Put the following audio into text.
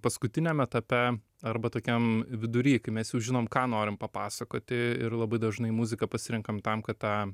paskutiniam etape arba tokiam vidury kai mes jau žinom ką norim papasakoti ir labai dažnai muzika pasirenkam tam kad tą